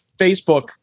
Facebook